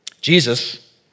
Jesus